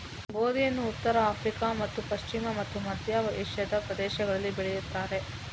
ಗೋಧಿಯನ್ನು ಉತ್ತರ ಆಫ್ರಿಕಾ ಮತ್ತು ಪಶ್ಚಿಮ ಮತ್ತು ಮಧ್ಯ ಏಷ್ಯಾದ ಪ್ರದೇಶಗಳಲ್ಲಿ ಬೆಳೆಯುತ್ತಾರೆ